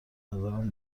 نظرم